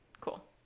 Cool